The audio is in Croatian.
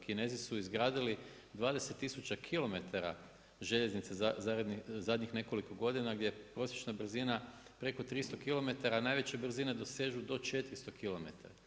Kinezi su izgradili 20000km željeznice u zadnjih nekoliko godina, gdje je prosječna brzina preko 300km, a najveće brzine dosežu do 400km.